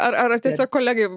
ar ar tiesiog kolegai